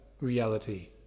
reality